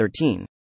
13